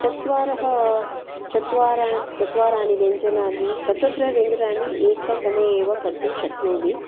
चत्वारः चत्वार चत्वारानि व्यञ्जनानि चतस्रः व्यञ्जनानि एकसमये एव कर्तुं शक्नोमि